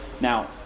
now